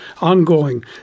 ongoing